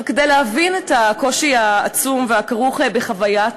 כדי להבין את הקושי העצום הכרוך בחוויית